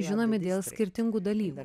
žinomi dėl skirtingų dalykų